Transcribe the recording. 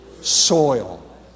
soil